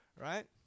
Right